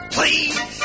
Please